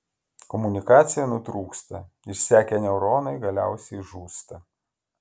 komunikacija nutrūksta išsekę neuronai galiausiai žūsta